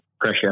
pressure